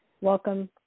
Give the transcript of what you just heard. Welcome